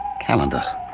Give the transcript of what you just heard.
Calendar